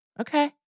Okay